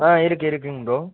ஆ இருக்குது இருக்குதுங்க ப்ரோ